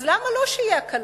אז למה שלא יהיו הקלות?